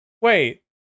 Wait